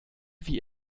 wie